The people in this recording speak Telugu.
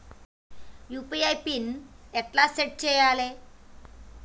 యూ.పీ.ఐ పిన్ ఎట్లా సెట్ చేయాలే?